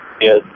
yes